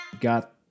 got